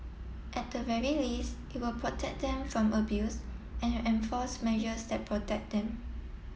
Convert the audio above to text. at the very least it will protect them from abuse and enforce measures that protect them